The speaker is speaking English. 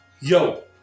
yo